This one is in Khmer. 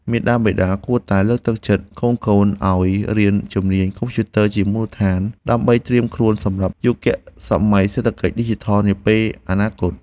មាតាបិតាគួរតែលើកទឹកចិត្តកូនៗឱ្យរៀនជំនាញកុំព្យូទ័រជាមូលដ្ឋាន ដើម្បីត្រៀមខ្លួនសម្រាប់យុគសម័យសេដ្ឋកិច្ចឌីជីថលនាពេលអនាគត។